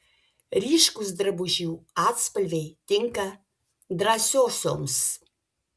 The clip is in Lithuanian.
ryškūs drabužių atspalviai tinka drąsiosioms